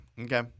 Okay